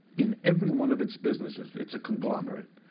in every one of its businesses, it's a conglomerate.